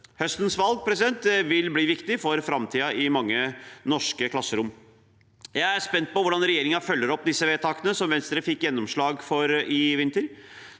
Høstens valg vil bli viktig for framtiden i mange norske klasserom. Jeg er spent på hvordan regjeringen følger opp de vedtakene som Venstre fikk gjennomslag for i vinter.